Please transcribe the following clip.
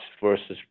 versus